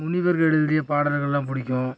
முனிவர்கள் எழுதிய பாடல்கள்லாம் பிடிக்கும்